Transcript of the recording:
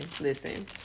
listen